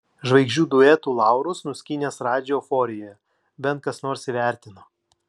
žvaigždžių duetų laurus nuskynęs radži euforijoje bent kas nors įvertino